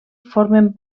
formen